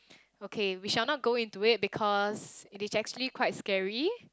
okay we shall not go into it because it is actually quite scary